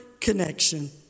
connection